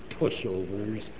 pushovers